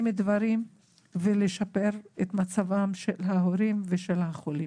דברים ולשפר את מצבם של ההורים ושל החולים.